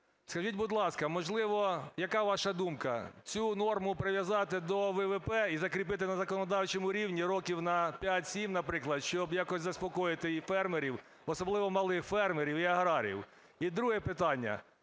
Скажіть, будь ласка, можливо, яка ваша думка, цю норму прив'язати до ВВП і закріпити на законодавчому рівні років на 5-7, наприклад, щоб якось заспокоїти і фермерів, особливо малих фермерів і аграріїв? І друге питання.